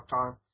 Time